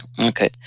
Okay